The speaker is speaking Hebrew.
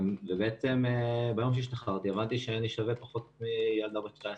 ביום שהשתחררתי הבנתי שאני שווה פחות מילדה בת 19